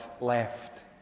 left